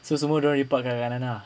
so semua orang dia report kadang kadang ah